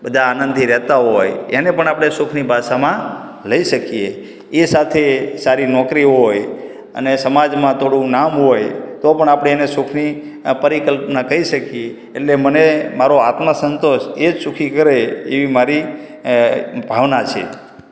બધા આનંદથી રહેતા હોય એને પણ આપણે સુખની ભાષામાં લઇ શકીએ એ સાથે સારી નોકરી હોય અને સમાજમાં થોડું નામ હોય તો પણ આપણે એને સુખની પરિકલ્પના કહી શકીએ એટલે મને મારો આત્મ સંતોષ એ જ સુખી કરે એવી મારી અ ભાવના છે